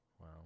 Wow